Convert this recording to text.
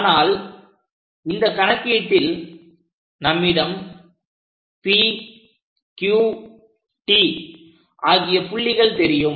ஆனால் இந்த கணக்கீட்டில் நம்மிடம் PQT ஆகிய புள்ளிகள் தெரியும்